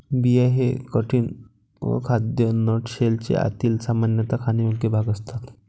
बिया हे कठीण, अखाद्य नट शेलचे आतील, सामान्यतः खाण्यायोग्य भाग असतात